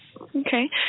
Okay